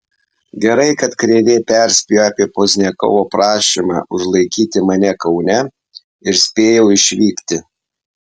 gerai kad krėvė perspėjo apie pozniakovo prašymą užlaikyti mane kaune ir spėjau išvykti